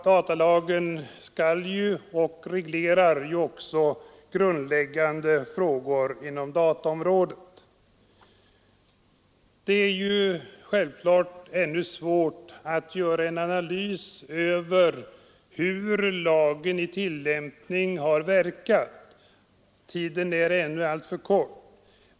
Denna lag reglerar ju grundläggande frågor inom dataområdet. Det är givetvis svårt att göra en analys av hur lagen i tillämpning har verkat. Tiden efter dess tillkomst är ännu alltför kort.